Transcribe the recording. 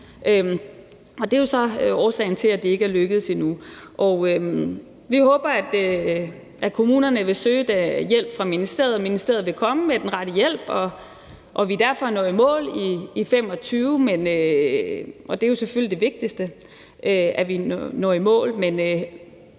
Det er så årsagen til, at det ikke er lykkedes endnu. Vi håber, at kommunerne vil søge hjælp fra ministeriet, og at ministeriet vil komme med den rette hjælp, og at vi derfor når i mål i 2025. Det er jo selvfølgelig det vigtigste, at vi når i mål.